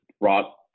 brought